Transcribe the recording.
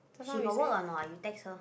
she got work or not you text her